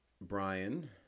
Brian